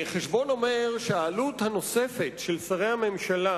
החשבון אומר שהעלות הנוספת של שרי הממשלה